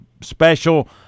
special